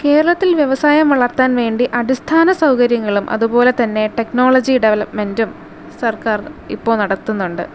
കേരളത്തിൽ വ്യവസായം വളർത്താൻ വേണ്ടി അടിസ്ഥാന സൗകര്യങ്ങളും അതുപോലെ തന്നെ ടെക്നോളജി ഡെവലപ്മെൻറ്റും സർക്കാർ ഇപ്പോൾ നടത്തുന്നുണ്ട്